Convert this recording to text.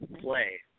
play